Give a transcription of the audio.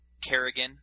Kerrigan